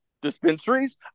dispensaries